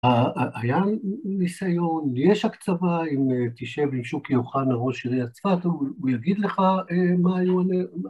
היה ניסיון, יש הקצבה, אם תשב עם שוקי אוחנה, ראש עיריית צפת, הוא יגיד לך מה...